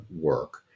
work